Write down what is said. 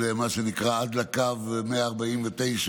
מה שנקרא, עד לקו 149א,